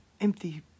empty